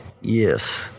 Yes